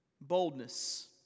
boldness